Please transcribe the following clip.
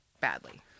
badly